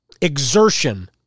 exertion